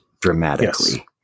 dramatically